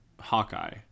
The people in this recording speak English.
Hawkeye